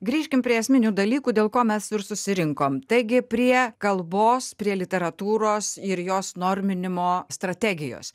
grįžkim prie esminių dalykų dėl ko mes ir susirinkom taigi prie kalbos prie literatūros ir jos norminimo strategijos